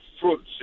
fruits